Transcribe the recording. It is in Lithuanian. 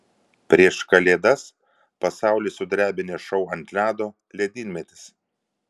prieš kalėdas pasaulį sudrebinęs šou ant ledo ledynmetis